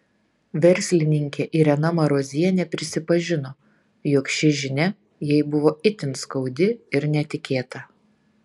verslininkė irena marozienė prisipažino jog ši žinia jai buvo itin skaudi ir netikėta